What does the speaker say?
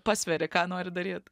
pasveri ką nori daryt